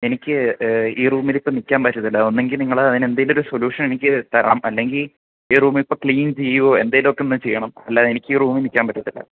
എനിക്ക് ഈ റൂമില് ഇപ്പോൾ നിൽക്കാൻ പറ്റത്തില്ല ഒന്നുകിൽ നിങ്ങൾ അതിന് എന്തെങ്കിലും ഒരു സൊല്യൂഷൻ എനിക്ക് തരണം അല്ലെങ്കിൽ ഈ റൂം ഇപ്പോൾ ക്ലീൻ ചെയ്യുമോ എന്തെങ്കിലും ഒക്കെ ഒന്ന് ചെയ്യണം അല്ലാതെ എനിക്ക് ഈ റൂമിൽ നിൽക്കാൻ പറ്റത്തില്ല